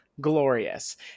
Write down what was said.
glorious